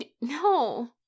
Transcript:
No